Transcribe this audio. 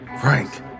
Frank